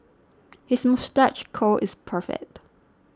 his moustache curl is perfect